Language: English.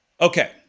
Okay